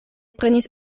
prenis